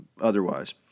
otherwise